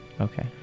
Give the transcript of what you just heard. Okay